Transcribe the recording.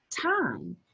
time